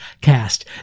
Cast